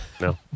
No